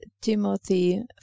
Timothy